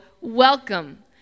welcome